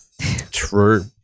True